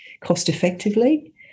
cost-effectively